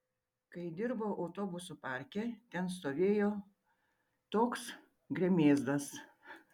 kai dirbau autobusų parke ten stovėjo toks gremėzdas